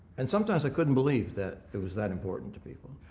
and sometimes, i couldn't believe that it was that important to people.